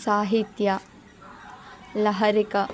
Sahitya Laharika